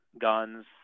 guns